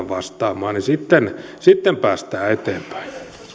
vastaamaan niin sitten sitten päästään eteenpäin